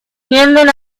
tienden